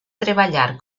treballar